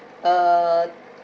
uh